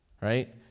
right